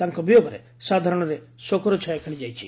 ତାଙ୍କ ବିୟୋଗରେ ସାଧାରଣରେ ଶୋକର ଛାୟା ଖେଳିଯାଇଛି